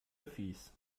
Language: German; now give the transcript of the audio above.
öffis